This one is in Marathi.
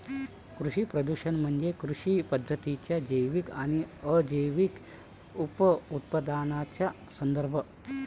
कृषी प्रदूषण म्हणजे कृषी पद्धतींच्या जैविक आणि अजैविक उपउत्पादनांचा संदर्भ